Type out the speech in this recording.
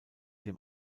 dem